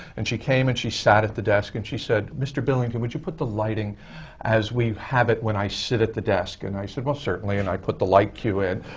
and she came and she sat the desk, and she said, mr. billington, would you put the lighting as we have it when i sit at the desk? and i said, well, certainly. and i put the light cue in.